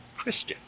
Christian